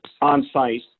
on-site